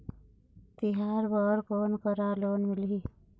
तिहार बर कोन करा लोन मिलही?